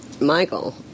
Michael